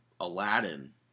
Aladdin